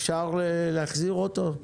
אפשר להחזיר אותו?